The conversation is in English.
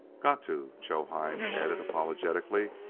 got to, joe hines added apologetically.